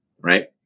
right